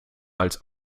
als